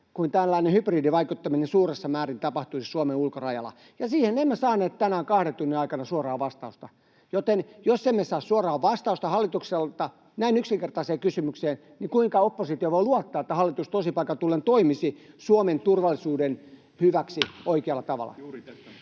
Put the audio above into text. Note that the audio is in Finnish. kun tällainen hybridivaikuttaminen suuressa määrin tapahtuisi Suomen ulkorajalla. Ja siihen emme saaneet tänään kahden tunnin aikana suoraa vastausta. Jos emme saa suoraa vastausta hallitukselta näin yksinkertaiseen kysymykseen, niin kuinka oppositio voi luottaa siihen, että hallitus tosipaikan tullen toimisi Suomen turvallisuuden hyväksi